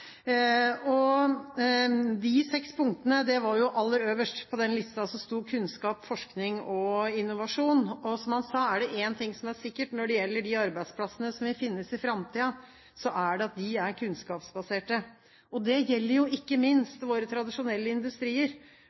Aller øverst på den lista sto kunnskap, forskning og innovasjon. Og, som han sa: Er det én ting som er sikkert når det gjelder de arbeidsplassene som vil finnes i framtiden, er det at de er kunnskapsbaserte. Det gjelder jo ikke minst våre tradisjonelle industrier.